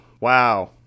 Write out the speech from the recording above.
Wow